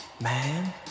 man